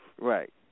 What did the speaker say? Right